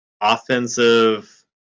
offensive